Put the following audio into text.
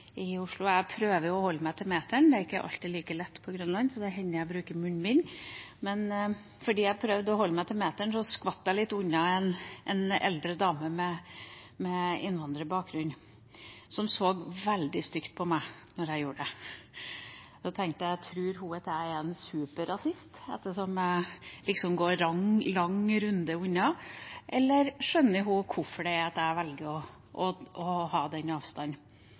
Oslo – jeg prøver å holde meg til meteren, det er ikke alltid like lett på Grønland, så det hender jeg bruker munnbind – prøvde jeg å holde meg til meteren, men jeg skvatt litt unna en eldre dame med innvandrerbakgrunn, som så veldig stygt på meg da jeg gjorde det. Så tenkte jeg at hun trodde jeg var en superrasist, ettersom jeg gikk en lang runde unna – eller skjønte hun hvorfor jeg valgte å ha den avstanden? Det var en ubehagelig følelse å ha.